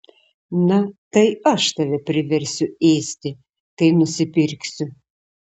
na tai aš tave priversiu ėsti kai nusipirksiu